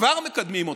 וכבר מקדמים אותם,